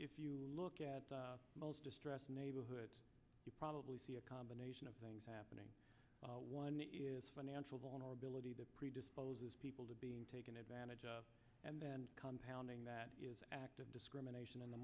if you look at most distressed neighborhoods you probably see a combination of things happening one is financial vulnerability that predisposes people to being taken advantage of and then pounding that is active discrimination in the